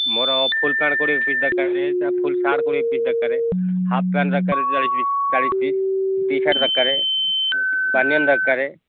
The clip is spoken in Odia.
ମୋର ଫୁଲ୍ ପ୍ୟାଣ୍ଟ୍ କୋଡ଼ିଏ ପିସ୍ ଦରକାର ଫୁଲ୍ ସାର୍ଟ୍ କୋଡ଼ିଏ ପିସ୍ ଦରକାର ହାପ୍ ପ୍ୟାଣ୍ଟ୍ ଦରକାର ଚାଳିଶ ପିସ୍ ଚାଳିଶ ପିସ୍ ଟି ସାର୍ଟ୍ ଦରକାର ବାନିଅନ୍ ଦରକାର